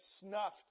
snuffed